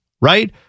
right